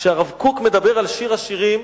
כשהרב קוק מדבר על שיר השירים,